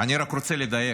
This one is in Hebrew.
אני רק רוצה לדייק,